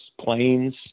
planes